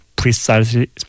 precisely